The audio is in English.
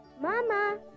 Mama